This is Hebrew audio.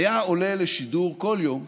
היה עולה לשידור כל יום,